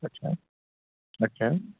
अच्छा अच्छा